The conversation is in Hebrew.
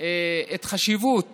את חשיבות